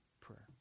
prayer